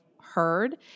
heard